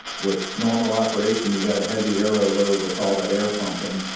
with normal operation you got a heavy aero load with all that air pumping.